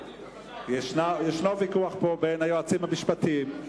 יש ויכוח פה בין היועצים המשפטיים.